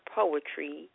poetry